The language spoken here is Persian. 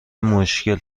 مشکل